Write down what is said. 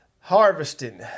Harvesting